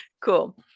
Cool